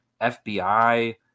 FBI